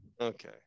okay